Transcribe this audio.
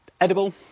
Edible